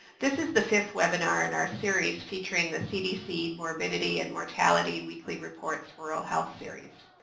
this is the fifth webinar in our series featuring the cdc morbidity and mortality weekly reports rural health series.